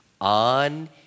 On